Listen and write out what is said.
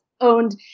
owned